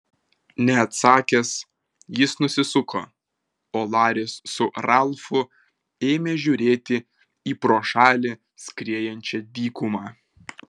neatsakęs jis nusisuko o laris su ralfu ėmė žiūrėti į pro šalį skriejančią dykumą